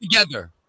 together